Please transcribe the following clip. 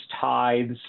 tithes